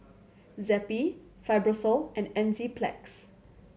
Zappy Fibrosol and Enzyplex